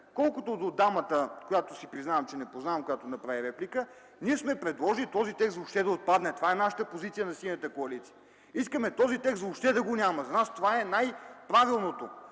Колкото до дамата, която си признавам, че не познавам, която направи реплика, ние сме предложили този текст въобще да отпадне. Това е позицията на Синята коалиция. Искаме този текст въобще да го няма. За нас това е най-правилното.